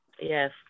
Yes